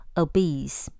obese